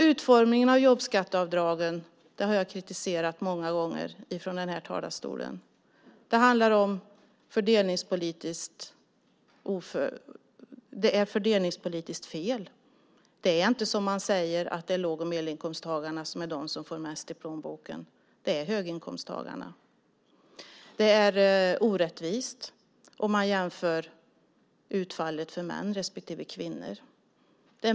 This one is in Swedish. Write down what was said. Utformningen av jobbskatteavdraget har jag kritiserat många gånger från denna talarstol. Det är fördelningspolitiskt fel. Det är inte, som det sägs, låg och medelinkomsttagarna som får mest i plånboken. Det är höginkomsttagarna. Det är också orättvist om man jämför utfallet för män respektive kvinnor.